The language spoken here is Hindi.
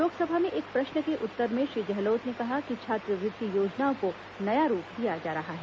लोकसभा में एक प्रश्न के उत्तर में श्री गहलोत ने कहा कि छात्रवृति योजनाओं को नया रूप दिया जा रहा है